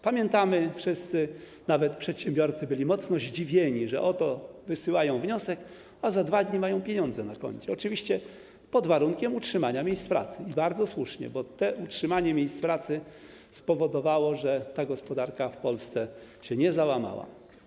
Pamiętamy wszyscy, że nawet przedsiębiorcy byli mocno zdziwieni, że oto wysyłają wniosek, a za 2 dni mają pieniądze na koncie, oczywiście pod warunkiem utrzymania miejsc pracy, i bardzo słusznie, bo utrzymanie miejsc pracy spowodowało, że gospodarka w Polsce się nie załamała.